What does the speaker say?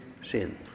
sin